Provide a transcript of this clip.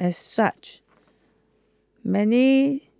as such many